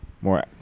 more